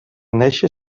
néixer